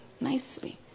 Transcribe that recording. nicely